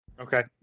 Okay